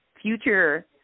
future